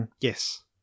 Yes